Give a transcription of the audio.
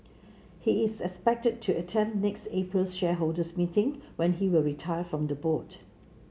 he is expected to attend next April's shareholders meeting when he will retire from the board